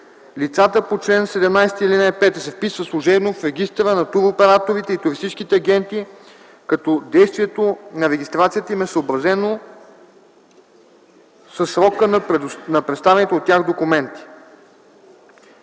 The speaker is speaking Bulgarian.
Лицата по чл. 17, ал. 5 се вписват служебно в регистъра на туроператорите и туристическите агенти, като действието на регистрацията им е съобразно със срока на представените от тях документи.”